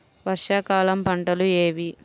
వర్షాకాలం పంటలు ఏవి?